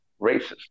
racist